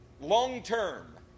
long-term